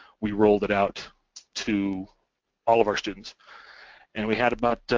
we rolled it out to all of our students and we had about